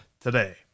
today